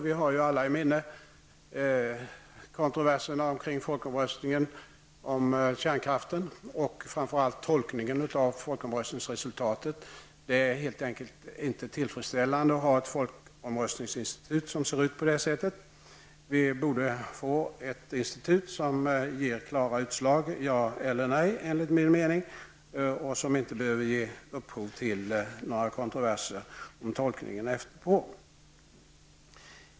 Vi har alla i minnet kontroverserna omkring folkomröstningen om kärnkraften och framför allt tolkningen av folkomröstningsresultatet. Det är inte tillfredsställande att ha ett folkomröstningsinstitut som ser ut på det här sättet. Vi borde, enligt min mening, få ett institut som ger klara utslag, ja eller nej. Det skall inte behöva ge upphov till några kontroverser om tolkningen efteråt.